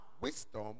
wisdom